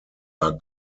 are